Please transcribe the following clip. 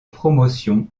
promotion